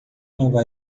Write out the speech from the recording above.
nova